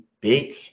big